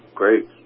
great